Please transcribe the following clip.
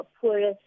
poorest